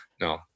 no